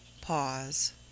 Pause